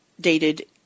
dated